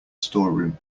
storeroom